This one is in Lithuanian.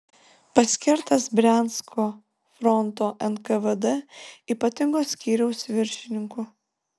paskirtas briansko fronto nkvd ypatingo skyriaus viršininku